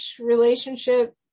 relationship